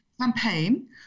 campaign